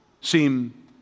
seem